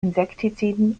insektiziden